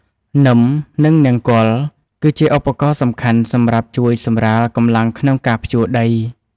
នឹម និងនង្គ័ល គឺជាឧបករណ៍សំខាន់សម្រាប់ជួយសម្រាលកម្លាំងក្នុងការភ្ជួរដី។